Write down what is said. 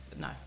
No